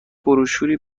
بروشوری